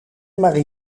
marie